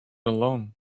alone